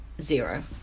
Zero